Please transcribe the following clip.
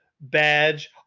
badge